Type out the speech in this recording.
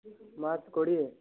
March କୋଡ଼ିଏ